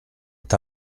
est